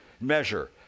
measure